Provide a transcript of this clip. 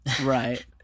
right